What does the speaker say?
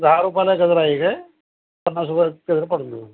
दहा रुपयाला गजरा एक आहे पन्नास रुपये कचर पडून हा